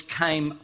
came